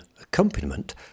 accompaniment